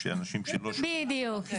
בדיוק.